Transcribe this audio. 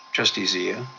trustee zia.